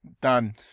Done